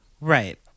Right